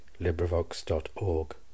LibriVox.org